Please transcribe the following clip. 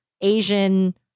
asian